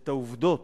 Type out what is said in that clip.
את העובדות